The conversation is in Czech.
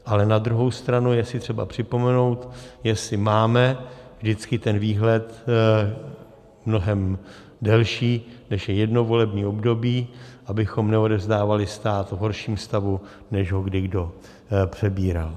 Ale na druhou stranu je si třeba připomenout, jestli máme vždycky ten výhled mnohem delší, než je jedno volební období, abychom neodevzdávali stát v horším stavu, než ho kdy kdo přebíral.